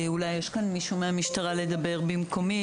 אולי יש מישהו מהמשטרה לדבר במקומי